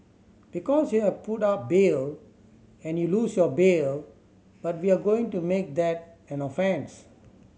because you have put up bail and you lose your bail but we are going to make that an offence